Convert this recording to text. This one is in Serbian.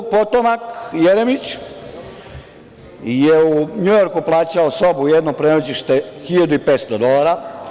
Vuk potomak Jeremić je u NJujorku plaćao sobu, jedno prenoćište 1500 dolara.